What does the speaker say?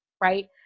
right